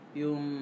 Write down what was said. yung